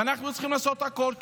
ואנחנו צריכים לעשות הכול.